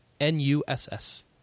N-U-S-S